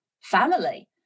family